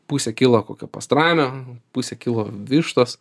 pusę kilo kokio pastramio pusę kilo vištos